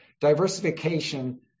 diversification